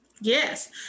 yes